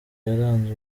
yaranze